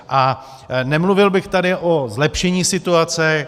A nemluvil bych tady o zlepšení situace.